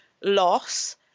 loss